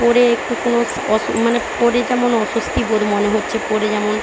পরে একটু কোনো মানে পরে যেমন অস্বস্তি বোধ মনে হচ্ছে পরে যেমন